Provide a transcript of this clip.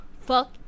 fuck